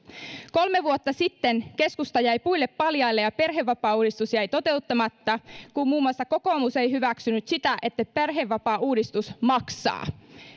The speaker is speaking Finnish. kolme vuotta sitten keskusta jäi puille paljaille ja perhevapaauudistus jäi toteuttamatta kun muun muassa kokoomus ei hyväksynyt sitä että perhevapaauudistus maksaa